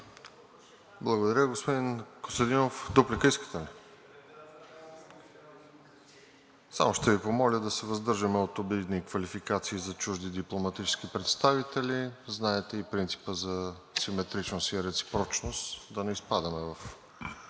Благодаря. Господин Костадинов, дуплика искате ли? Само ще Ви помоля да се въздържаме от обидни квалификации за чужди дипломатически представителства. Знаете и принципа за симетричност и реципрочност, да не изпадаме в